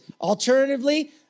Alternatively